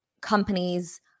companies